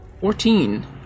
Fourteen